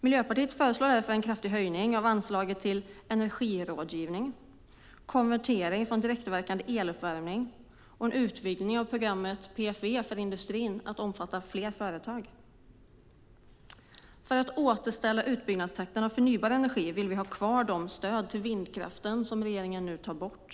Miljöpartiet föreslår därför en kraftig höjning av anslaget till energirådgivning, konvertering från direktverkande eluppvärmning och en utvidgning av programmet för energieffektivisering, PFE, i industrin till att omfatta fler företag. För att återställa utbyggnadstakten av förnybar energi vill vi ha kvar de stöd till vindkraften som regeringen nu tar bort.